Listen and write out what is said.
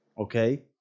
okay